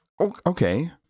Okay